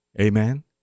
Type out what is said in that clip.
amen